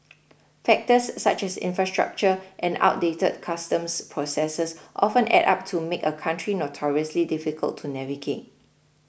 factors such as infrastructure and outdated customs processes often add up to make a country notoriously difficult to navigate